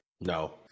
No